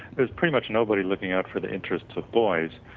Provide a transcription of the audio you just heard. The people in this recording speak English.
there is pretty much nobody looking out for the interest of boys,